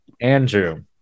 Andrew